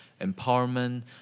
empowerment